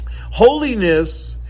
Holiness